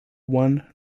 won